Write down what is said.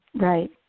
Right